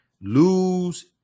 lose